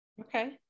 Okay